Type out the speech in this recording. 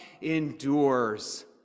endures